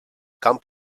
camp